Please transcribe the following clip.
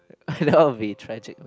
that'll be tragic man